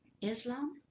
Islam